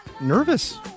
nervous